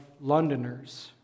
Londoners